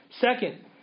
Second